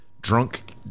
drunk